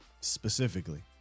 specifically